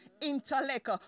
intellect